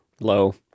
low